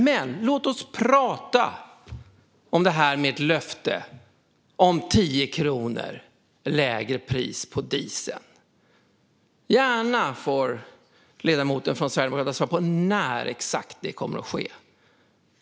Men låt oss prata om löftet om 10 kronor lägre pris på diesel. Ledamoten får gärna svara på när exakt det kommer att ske.